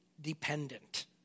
dependent